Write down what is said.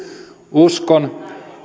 uskon